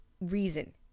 reason